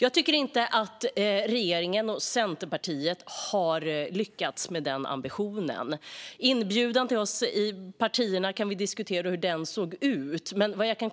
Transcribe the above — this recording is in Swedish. Jag tycker inte att regeringen och Centerpartiet har lyckats med den ambitionen. Vi kan diskutera hur inbjudan till oss i de olika partierna såg ut, men jag kan